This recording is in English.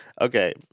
okay